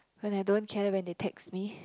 when I don't care when they text me